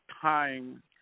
time